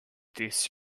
this